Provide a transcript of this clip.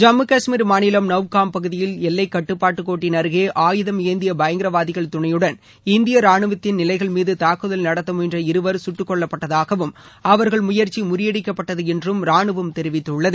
ஜம்மு கஷ்மீர் மாநிலம் நவ்காம் பகுதியில் எல்லைக் கட்பாட்டு கோட்டின் அருகே ஆயுதம் ஏந்திய பயங்கரவாதிகள் துணையுடன் இந்திய ராணுவத்தின் நிலைகள் மீது தாக்குதல் நடத்த முயன்ற இருவர் குட்டு கொல்லப்பட்டதாகவும் அவர்கள் முயற்சி முறியடிக்கப்பட்டது என்றும் ராணுவம் தெரிவித்துள்ளது